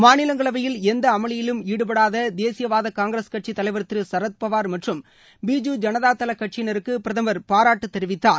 மாநிலங்களவையில் எந்த அமலியிலும் ஈடுபடாத தேசிய வாத காங்கிரஸ் கட்சி தலைவர் திரு சரத்பவார் மற்றும் பிஜு ஜனதாதள கட்சியினருக்கு பிரதமர் பாராட்டு தெரிவித்தார்